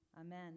Amen